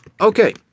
Okay